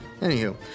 Anywho